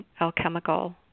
Alchemical